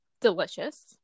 Delicious